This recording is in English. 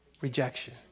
Rejection